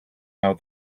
how